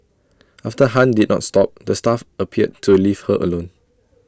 after han did not stop the staff appeared to leave her alone